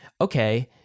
okay